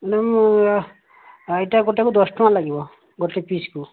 ନାଇଁ ମୁଁ ଏଇଟା ଗୋଟିଏ କୁ ଦଶ ଟଙ୍କା ଲାଗିବ ଗୋଟିଏ ପିସ୍ କୁ